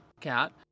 cat